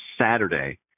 Saturday